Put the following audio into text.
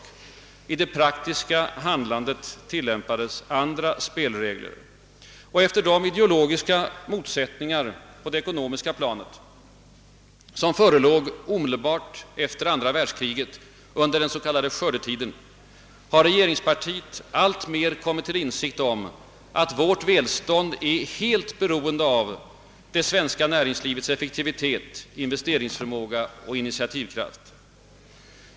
I det praktiska handlandet tillämpades andra spelregler. Efter de ideologiska motsättningar på det ekonomiska planet, som förelåg omedelbart efter andra världskriget under den s.k. skördetiden, har regeringspartiet alltmer kom . mit till insikt om att vårt välstånd är helt Beroende av det svenska näringslivets effektivitet, investeringsförmåga och initiativkraft.